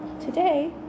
today